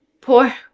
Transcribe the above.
poor